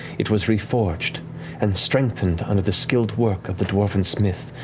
it was reforged and strengthened under the skilled work of the dwarven smith,